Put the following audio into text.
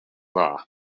dda